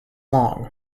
long